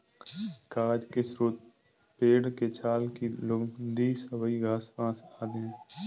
कागज के स्रोत पेड़ के छाल की लुगदी, सबई घास, बाँस आदि हैं